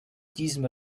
diesem